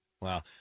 Wow